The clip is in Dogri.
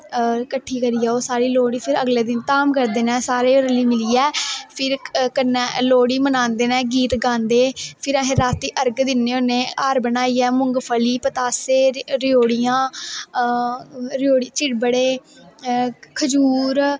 कट्ठी करियै ओह् लोह्ड़ी फिर अगले दिन धाम करदे नै रली मिलियै फिर कन्नै लोह्ड़ी बनांदे नै गीत गांदे फिर अस रातीं अर्घ दिन्ने हार हनाइयै मुंगफली पतासे रेयौड़ियां चिरबड़े खज़ूर